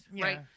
right